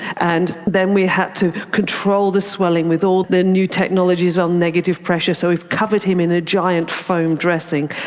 and then we had to control the swelling with all the new technologies on negative pressure. so we've covered him in a giant foam dressing,